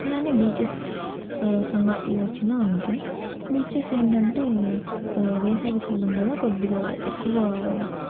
అలాగే బీచెస్ సంగతికి వచ్చిన అంతే బీచెస్ ఏంటంటే వేసవికాలం కదా కొద్దిగా ఎక్కువ